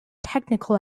technical